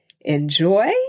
enjoy